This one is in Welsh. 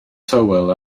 tywel